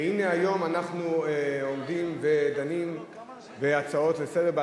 והנה היום אנחנו עומדים ודנים בהצעות לסדר-היום,